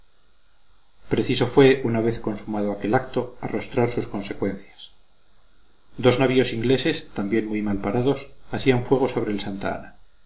preciso fue una vez consumado aquel acto arrostrar sus consecuencias dos navíos ingleses también muy mal parados hacían fuego sobre el santa ana